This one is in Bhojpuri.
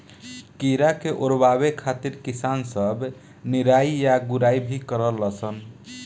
कीड़ा के ओरवावे खातिर किसान सब निराई आ गुड़ाई भी करलन सन